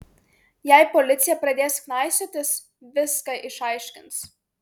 jei policija pradės knaisiotis viską išaiškins